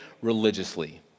religiously